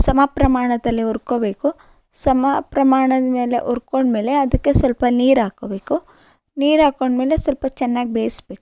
ಸಮ ಪ್ರಮಾಣದಲ್ಲಿ ಹುರ್ಕೊಳ್ಬೇಕು ಸಮ ಪ್ರಮಾಣದ ಮೇಲೆ ಹುರ್ಕೊಂಡ್ಮೇಲೆ ಅದಕ್ಕೆ ಸ್ವಲ್ಪ ನೀರು ಹಾಕ್ಕೊಳ್ಬೇಕು ನೀರು ಹಾಕೊಂಡ್ಮೇಲೆ ಸ್ವಲ್ಪ ಚೆನ್ನಾಗಿ ಬೇಯಿಸ್ಬೇಕು